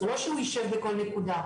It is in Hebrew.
זה לא שהוא יישב בכל נקודה,